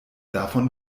davon